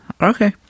okay